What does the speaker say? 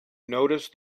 notice